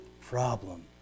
problem